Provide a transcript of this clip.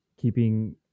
keeping